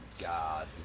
God